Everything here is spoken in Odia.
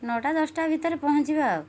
ନଅଟା ଦଶଟା ଭିତରେ ପହଞ୍ଚିବା ଆଉ